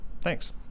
Thanks